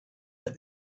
that